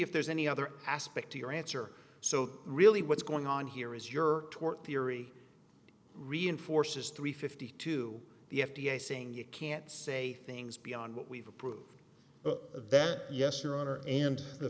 if there's any other aspect to your answer so really what's going on here is your tort theory reinforces three fifty two the f d a saying it can't say things beyond what we've approved of that yes your honor and the